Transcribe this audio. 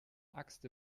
axt